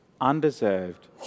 undeserved